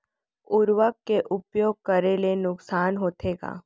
उर्वरक के उपयोग करे ले नुकसान होथे का?